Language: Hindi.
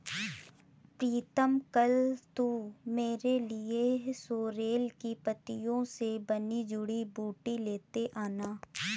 प्रीतम कल तू मेरे लिए सोरेल की पत्तियों से बनी जड़ी बूटी लेते आना